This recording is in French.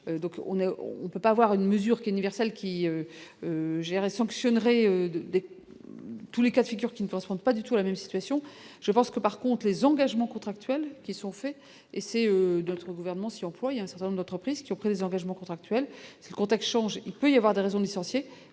donc on ne peut pas avoir une mesure qui Universal qui gérait sanctionneraient de tous les cas de figure, qui ne correspondent pas du tout la même situation, je pense que par compte les engagements contractuels qui sont faits et c'est d'autres gouvernements si employes il y a un certain nombre d'entreprises qui ont pris des engagements contractuels ce contact changer peut y avoir des raisons licenciés